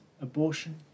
abortion